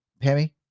Pammy